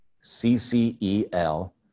C-C-E-L